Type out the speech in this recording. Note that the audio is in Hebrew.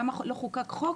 למה לא חוקק חוק